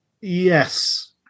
Yes